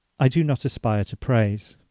i do not aspire to praise.